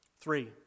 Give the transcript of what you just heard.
Three